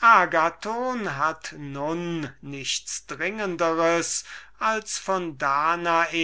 agathon hatte nun nichts dringenders als von danae